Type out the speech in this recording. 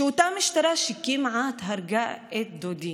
אותה משטרה שכמעט הרגה את דודי.